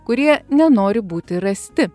kurie nenori būti rasti